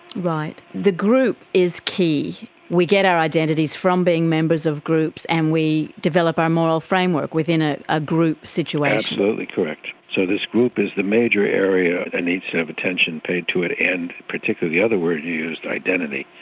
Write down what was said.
right. the group is key, we get our identities from being members of groups and we develop our moral framework within a ah group situation. absolutely correct. so this group is the major area that and needs to have attention paid to it, and particularly the other word you used identity.